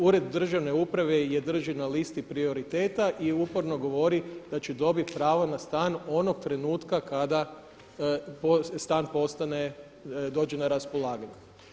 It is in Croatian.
Ured državne uprave je drži na listi prioriteta i uporno govori da će dobiti pravo na stan onog trenutka kada stan postane, dođe na raspolaganje.